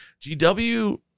gw